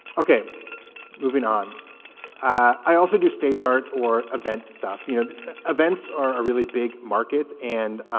okay moving on i also do stage art or event stuff you know events are a really big market and